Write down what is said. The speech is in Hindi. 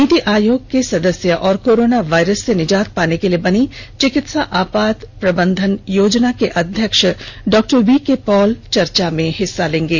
नीति आयोग के सदस्य और कोरोना वायरस से निजात पाने के लिए बनी चिकित्सा आपात प्रबंधन योजना के अध्यक्ष डॉक्टर वीके पॉल चर्चा में हिस्सा लेंगे